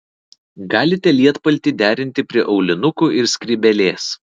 galite lietpaltį derinti prie aulinukų ir skrybėlės